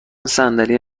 صندلی